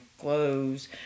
clothes